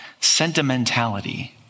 sentimentality